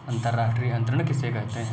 अंतर्राष्ट्रीय अंतरण किसे कहते हैं?